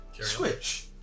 switch